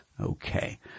Okay